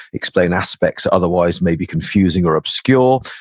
explain aspects otherwise maybe confusing or obscure,